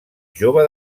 jove